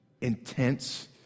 intense